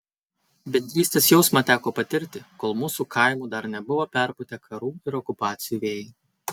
bendrystės jausmą teko patirti kol mūsų kaimų dar nebuvo perpūtę karų ir okupacijų vėjai